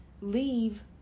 leave